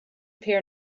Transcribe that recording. peer